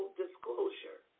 disclosure